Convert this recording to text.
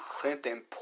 Clinton